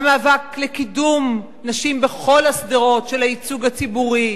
המאבק לקידום נשים בכל השדרות של הייצוג הציבורי,